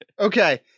Okay